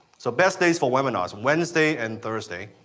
so, best days for webinars, wednesday and thursday.